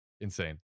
Insane